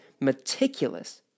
meticulous